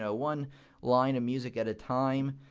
so one line of music at a time.